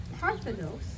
Parthenos